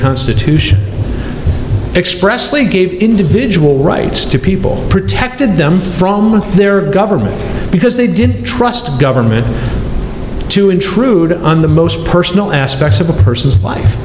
constitution expressly gave individual rights to people protected them from their government because they didn't trust government to intrude on the most personal aspects of a person's life